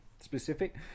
specific